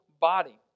body